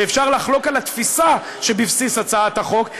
שאפשר לחלוק על התפיסה שבבסיס הצעת החוק,